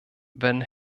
wenn